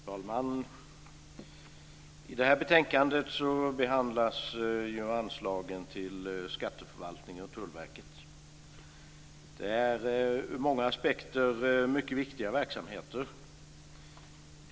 Fru talman! I det här betänkandet behandlas anslagen till skatteförvaltningen och Tullverket. Det är ur många aspekter mycket viktiga verksamheter.